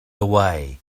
away